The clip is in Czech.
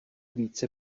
více